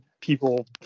People